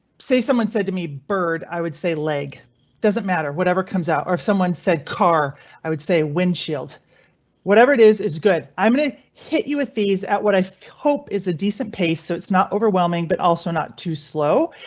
say, someone said to me bird, i would say leg doesn't matter whatever comes out or if someone said car i would say windshield whatever it is is good. i'm going to hit you with these at what i hope is a decent pace so it's not overwhelming, but also not too slow.